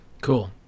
Cool